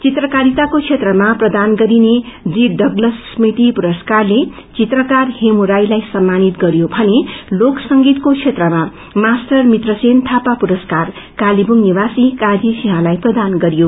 त्रिचकारिताको क्षेत्रमा प्रदान गरिने जी डगलस स्मृति पुरस्कारले चित्रकार डेमुराईलाई सम्मानित गरियो भने लोक संगीतको क्षेत्रमा मास्टर मित्रसेन थापा पुरसकार कालेबुप्र निवासी काजी सिंहलाई प्रदान गरियो